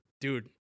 dude